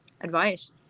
advice